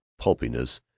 pulpiness